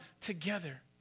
together